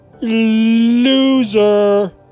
Loser